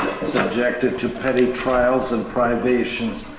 subjected to petty trials and privations,